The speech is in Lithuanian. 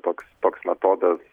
toks toks metodas